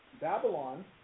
Babylon